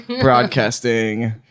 broadcasting